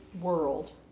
world